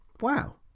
wow